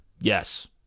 Yes